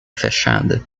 fechada